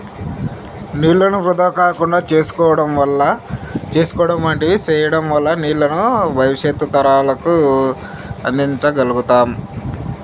నీళ్ళను వృధా కాకుండా చూసుకోవడం వంటివి సేయడం వల్ల నీళ్ళను భవిష్యత్తు తరాలకు అందించ గల్గుతాం